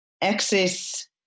access